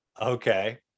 Okay